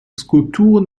skulpturen